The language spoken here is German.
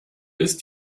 ist